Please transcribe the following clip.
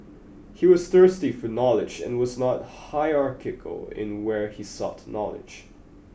he was thirsty for knowledge and was not hierarchical in where he sought knowledge